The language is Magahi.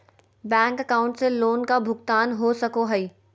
बैंक अकाउंट से लोन का भुगतान हो सको हई?